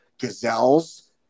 gazelles